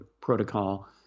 protocol